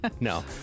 no